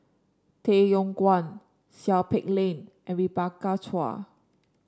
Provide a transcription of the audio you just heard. Tay Yong Kwang Seow Peck Leng and Rebecca Chua